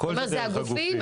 הכל זה דרך הגופים.